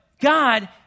God